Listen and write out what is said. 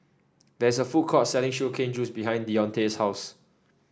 there is a food court selling Sugar Cane Juice behind Deontae's house